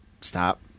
stop